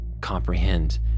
comprehend